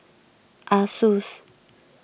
Asus